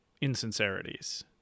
insincerities